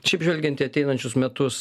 šiaip žvelgiant į ateinančius metus